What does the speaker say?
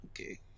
okay